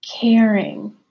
caring